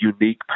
unique